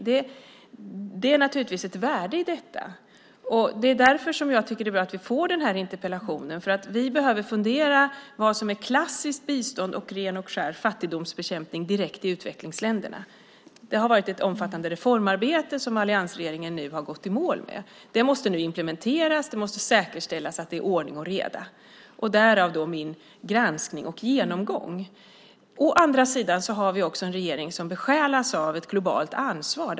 Det är naturligtvis ett värde i detta. Det är därför som jag tycker att det är bra att vi får debattera den här interpellationen. Vi behöver fundera på vad som är klassiskt bistånd och vad som är ren och skär fattigdomsbekämpning direkt i utvecklingsländerna. Det har varit ett omfattande reformarbete som alliansregeringen nu har gått i mål med. Det måste nu implementeras. Det måste säkerställas att det är ordning och reda. Därav min granskning och genomgång. Vi har dessutom en regering som besjälas av ett globalt ansvar.